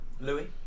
Louis